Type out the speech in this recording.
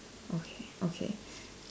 okay okay